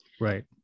Right